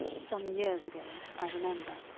some years ago, i remember,